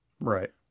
Right